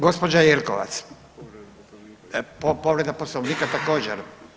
Gospođa Jelkovac, povreda Poslovnika također.